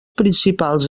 principals